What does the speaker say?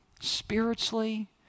spiritually